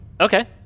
Okay